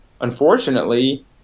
unfortunately